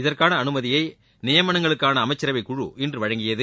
இதற்கான அனுமதியை நியமனங்களுக்கான அமைச்சரவைக்குழு இன்று வழங்கியது